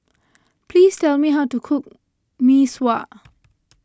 please tell me how to cook Mee Sua